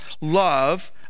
love